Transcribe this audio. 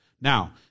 Now